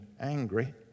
angry